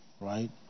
Right